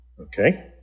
Okay